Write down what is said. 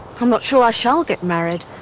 i'm not sure i shall get married.